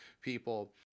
people